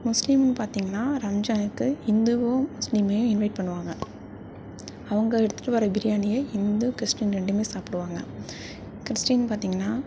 முஸ்லிம் பார்த்திங்ன்னா ரம்ஜானுக்கு இந்துவும் முஸ்லிமையும் இன்வைட் பண்ணுவாங்கள் அவங்க எடுத்துட்டு வர பிரியாணியை இந்து கிறிஸ்டீன் ரெண்டுமே சாப்பிடுவாங்க கிறிஸ்டீன் பார்த்திங்கன்னா